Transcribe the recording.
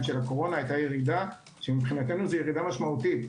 של הקורונה יש ירידה שמבחינתנו היא משמעותית.